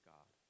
God